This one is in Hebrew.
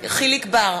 יחיאל חיליק בר,